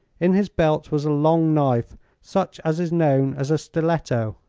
in his belt was a long knife, such as is known as a stilleto.